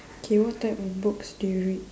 K what type of books do you read